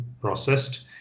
processed